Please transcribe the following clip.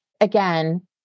Again